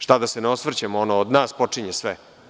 Šta, da se ne osvrćemo, od nas počinje sve?